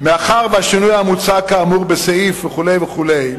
מאחר שהשינוי המוצע כאמור בסעיף, וכו' וכו',